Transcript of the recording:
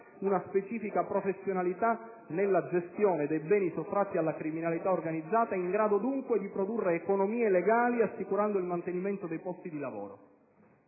una specifica professionalità nella gestione dei beni sottratti alla criminalità organizzata in grado, dunque, di produrre economie legali, assicurando il mantenimento dei posti di lavoro.